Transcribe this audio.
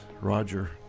Roger